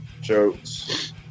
jokes